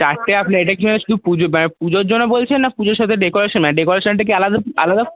চারটে আপনি এটা কি মানে শুধু মানে পুজোর জন্য বলছেন না পুজোর সাথে ডেকরেশন মানে ডেকরেশনেরটা কি আলাদা আলাদা